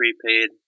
prepaid